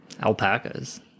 Alpacas